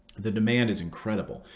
the demand is incredible.